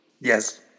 Yes